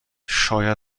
شایدم